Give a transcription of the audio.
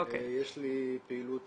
יש לי פעילות